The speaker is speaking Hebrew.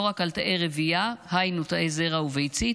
לא רק על תאי רבייה, היינו, תאי זרע וביצית,